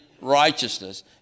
righteousness